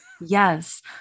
Yes